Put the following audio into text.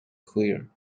clear